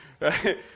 Right